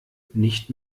nicht